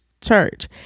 church